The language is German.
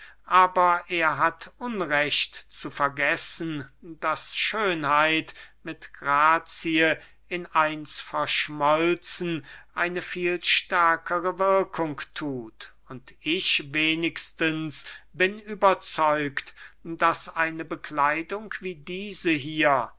aber er hat unrecht zu vergessen daß schönheit mit grazie in eins verschmolzen eine viel stärkere wirkung thut und ich wenigstens bin überzeugt daß eine bekleidung wie diese hier